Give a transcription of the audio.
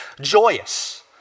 joyous